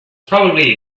probably